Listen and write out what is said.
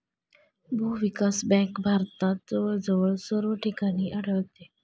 भूविकास बँक भारतात जवळजवळ सर्व ठिकाणी आढळते